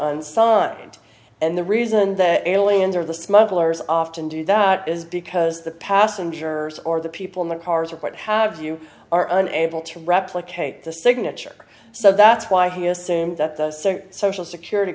unsigned and the reason the aliens or the smugglers often do that is because the passengers or the people in their cars or what have you are unable to replicate the signature so that's why he assumed that the social security